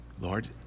Lord